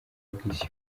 bw’isi